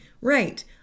Right